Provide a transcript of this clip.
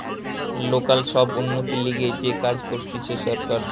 local সব উন্নতির লিগে যে কাজ করতিছে সরকার